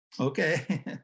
Okay